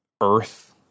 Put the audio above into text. earth